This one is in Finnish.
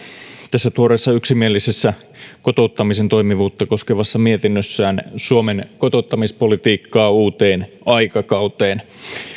tässä tuoreessa yksimielisessä kotouttamisen toimivuutta koskevassa mietinnössään suomen kotouttamispolitiikkaa uuteen aikakauteen